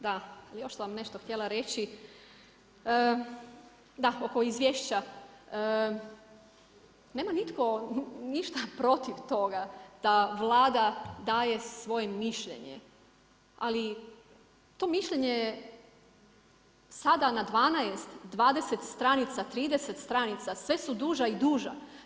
Da, još sam vam nešto htjela reći, da oko izvješća, nema nitko ništa protiv toga da Vlada daje svoje mišljenje ali to mišljenje je sada na 12, 20 stranica, 30 stranica, sve su duža i duža.